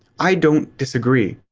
i don't disagree.